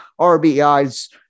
RBIs